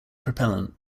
propellant